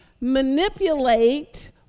manipulate